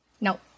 No